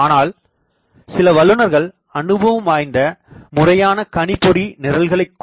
ஆனால் சில வல்லுநர்கள் அனுபவம் வாய்ந்த முறையான கணிப்பொறி நிரல்களைக்